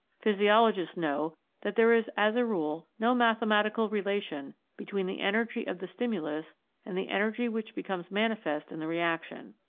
physiologists know that there is as a rule no mathematical relation between the energy of the stimulus and the energy which becomes manifest in the reaction.